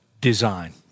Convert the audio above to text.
design